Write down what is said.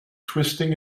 twisting